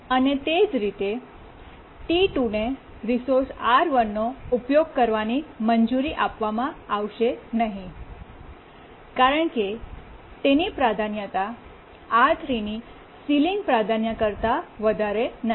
અને તે જ રીતે ટી 2 ને રિસોર્સ R1 નો ઉપયોગ કરવાની મંજૂરી આપવામાં આવશે નહીં કારણ કે તેની પ્રાધાન્યતા R3 ની સીલીંગ પ્રાધાન્યતા કરતા વધારે નથી